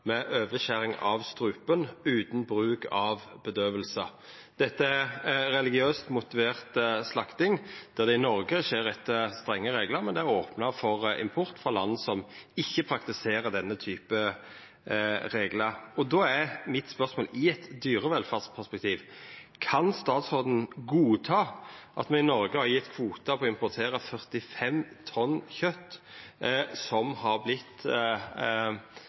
med overskjering av strupen, utan bruk av bedøving. Dette er religiøst motivert slakting. I Noreg skjer det etter strenge reglar, men det er opna for import frå land som ikkje praktiserer denne typen reglar. Då er mitt spørsmål: Kan statsråden i eit dyrevelferdsperspektiv godta at me i Noreg har gjeve kvotar på import av 45 tonn kjøt frå dyr som har